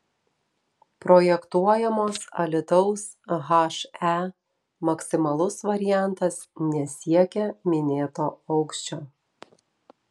projektuojamos alytaus he maksimalus variantas nesiekia minėto aukščio